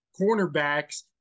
cornerbacks